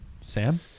Sam